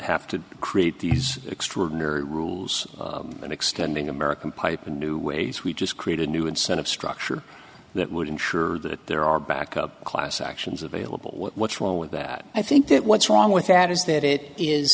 have to create these extraordinary rules that extending american pipe in new ways we just create a new incentive structure that would ensure that there are backup class actions available what's wrong with that i think that what's wrong with that is that it is